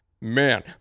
man